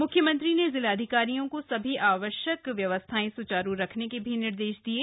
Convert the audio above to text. मुख्यमंत्री ने जिलाधिकारियों को सभी आवश्यक व्यवस्थाएं सुचारू रखने के निर्देश दिये